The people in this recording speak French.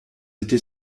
été